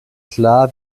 klar